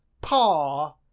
paw